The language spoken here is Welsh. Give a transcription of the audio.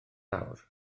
awr